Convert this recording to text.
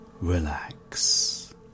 relax